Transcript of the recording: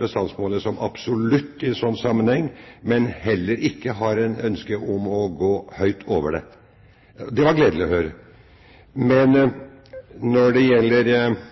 bestandsmålet som absolutt i en slik sammenheng, men har heller ikke et ønske om å gå høyt over det. Det var gledelig å høre. Når det gjelder